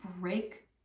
break